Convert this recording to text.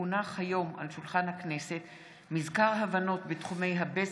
כי הונח היום על שולחן הכנסת מזכר הבנות בתחומי הבזק,